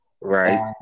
right